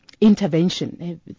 intervention